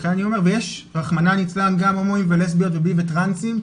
לכן אני אומר ויש רחמנא לצלן גם המון הומואים ולסביות ובי וטראנסים,